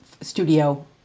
studio